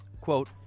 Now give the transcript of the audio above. quote